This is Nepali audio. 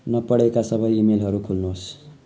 नपढेका सबै इमेलहरू खोल्नुहोस्